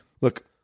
Look